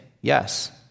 Yes